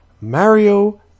Mario